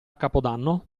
capodanno